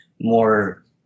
more